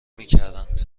میکردند